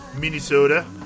Minnesota